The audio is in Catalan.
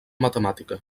matemàtica